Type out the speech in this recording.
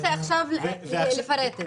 עכשיו צריך לפרט את זה.